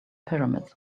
pyramids